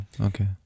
okay